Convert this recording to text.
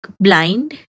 blind